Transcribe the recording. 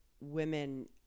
women